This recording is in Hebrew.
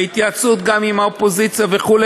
בהתייעצות עם האופוזיציה וכו',